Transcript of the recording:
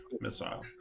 missile